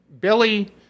Billy